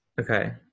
Okay